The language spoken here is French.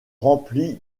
rempli